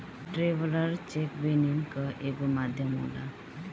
traveller cheque विनिमय कअ एगो माध्यम होला